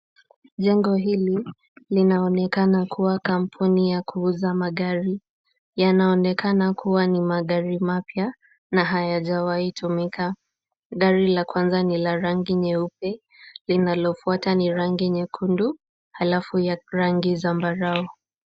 Jengo hili linaonekana kuwa kampuni ya kuuza magari. Yanaonekana kuwa ni magari mapya na hayajawahi tumika. Gari la kwanza ni la rangi nyeupe, linalofuata ni rangi nyekundu alafu rangi zambarau.